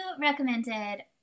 recommended